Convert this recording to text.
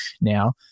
now